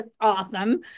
awesome